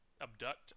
Abduct